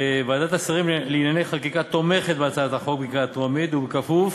ועדת השרים לענייני חקיקה תומכת בהצעת החוק בקריאה טרומית ובכפוף